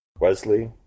wesley